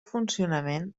funcionament